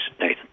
Nathan